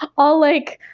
all, like,